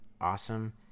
awesome